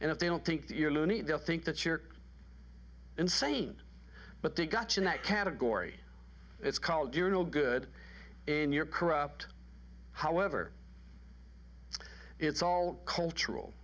and if they don't think you're loony they'll think that you're insane but they got in that category it's called you know good in your corrupt however it's all cultural